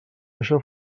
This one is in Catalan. això